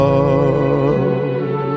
Love